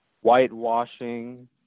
whitewashing